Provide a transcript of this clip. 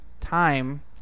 time